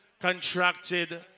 contracted